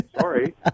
Sorry